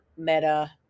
meta